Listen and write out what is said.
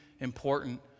important